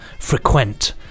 frequent